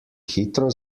hitro